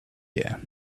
year